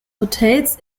hotels